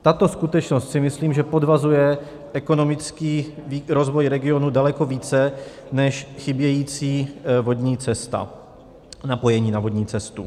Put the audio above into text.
Tato skutečnost, si myslím, podvazuje ekonomický rozvoj regionu daleko více než chybějící vodní cesta, napojení na vodní cestu.